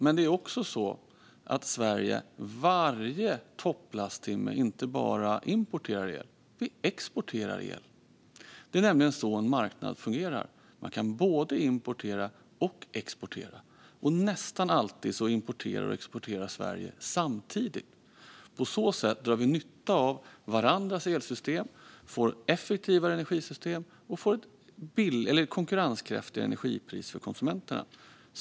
Men det är också så att Sverige varje topplasttimme inte bara importerar el utan också exporterar el. Det är nämligen så en marknad fungerar. Man kan både importera och exportera, och nästan alltid importerar och exporterar Sverige samtidigt. På så sätt drar vi nytta av varandras elsystem och får effektivare energisystem och konkurrenskraftiga energipriser för konsumenterna.